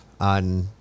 on